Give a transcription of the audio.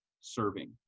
serving